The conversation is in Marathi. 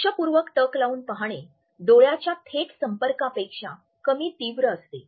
लक्षपूर्वक टक लावून पाहणे डोळ्याच्या थेट संपर्कापेक्षा कमी तीव्र असते